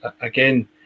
Again